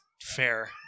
fair